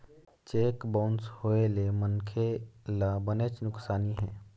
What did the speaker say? cheque bounce होए ले मनखे ल बनेच नुकसानी हे